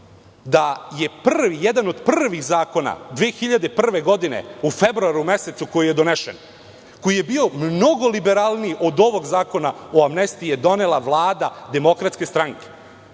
da je jedan od prvih zakona 2001. godine u februaru mesecu koji je donesen, koji je bio mnogo liberalniji od ovog Zakona o amnestiji je donela Vlada DS. I tada